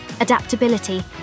adaptability